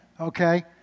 Okay